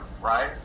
right